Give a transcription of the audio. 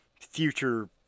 future